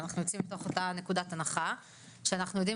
ואנחנו יוצאים מתוך אותה נקודת הנחה שאנחנו יודעים